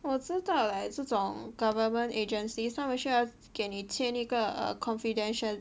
我知道 like 这种 government agencies 他们需要給你签一个 err confidential